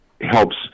helps